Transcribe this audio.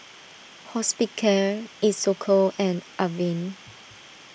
Hospicare Isocal and Avene